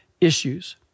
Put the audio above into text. issues